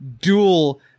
dual